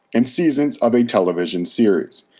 and seasons of a television series,